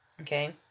Okay